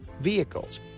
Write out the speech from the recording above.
vehicles